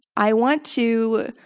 i want to